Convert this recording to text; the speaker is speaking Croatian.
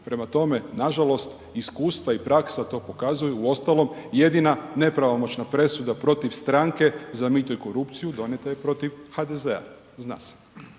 Prema tome, nažalost iskustva i praksa to pokazuju uostalom jedina nepravomoćna presuda protiv stranke za mito i korupciju donijeta je protiv HDZ-a, zna se.